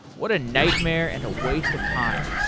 what a nightmare and a waste of time.